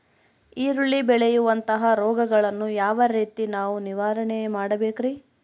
ಈರುಳ್ಳಿಗೆ ಬೇಳುವಂತಹ ರೋಗಗಳನ್ನು ಯಾವ ರೇತಿ ನಾವು ನಿವಾರಣೆ ಮಾಡಬೇಕ್ರಿ?